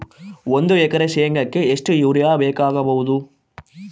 ಒಂದು ಎಕರೆ ಶೆಂಗಕ್ಕೆ ಎಷ್ಟು ಯೂರಿಯಾ ಬೇಕಾಗಬಹುದು?